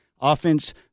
offense